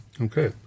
Okay